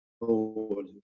Lord